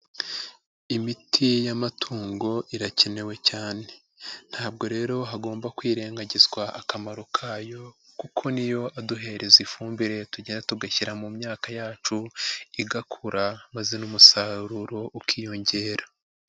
Imiti y'amatungo irakenewe cyane, ntabwo rero hagomba kwirengagizwa akamaro kayo kuko niyo aduhereza ifumbire tujya tugashyira mu myaka yacu igakura maze n'saruro ukiyongera.